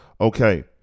okay